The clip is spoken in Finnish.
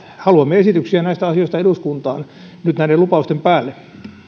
haluamme nyt esityksiä näistä asioista eduskuntaan näiden lupausten päälle